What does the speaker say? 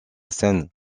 seine